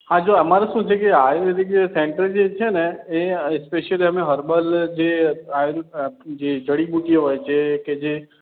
હા જો અમારે શું છે કે આયુર્વેદિક જે સૅન્ટર જે છે ને એ સ્પેશિયલી અમે હર્બલ જે આયુર જે જડીબુટ્ટીઓ હોય છે કે જે